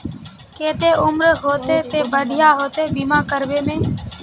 केते उम्र होते ते बढ़िया होते बीमा करबे में?